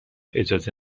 اجازه